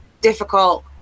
difficult